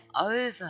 over